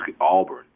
Auburn